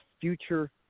future